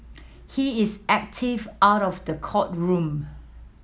he is active out of the courtroom